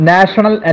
National